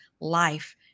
life